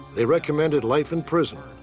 they recommended life in prison,